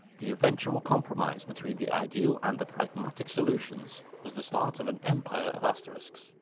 the eventual compromise between the ideal and the pragmatic solutions was the start of an empire of asterisks.